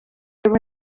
were